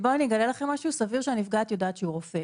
ובואו אני אגיד לכן משהו סביר להניח שהנפגעת יודעת שהוא רופא,